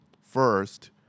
First